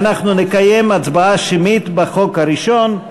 ואנחנו נקיים הצבעה שמית על החוק הראשון,